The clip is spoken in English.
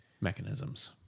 mechanisms